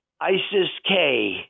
ISIS-K